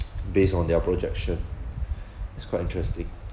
based on their projection it's quite interesting